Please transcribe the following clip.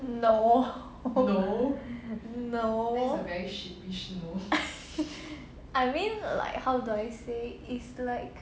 no no I mean like how do I say is like